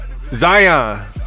Zion